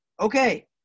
Okay